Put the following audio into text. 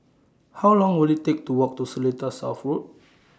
How Long Will IT Take to Walk to Seletar South Road